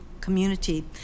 community